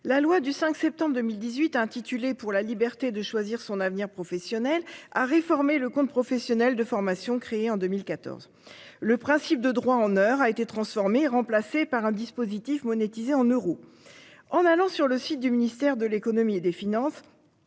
la loi du 5 septembre 2018 intitulé pour la liberté de choisir son avenir professionnel à réformer le compte professionnel de formation créée en 2014, le principe de droit en heure a été transformé, remplacé par un dispositif monétiser en euros en allant sur le site du ministère de l'Économie et des Finances.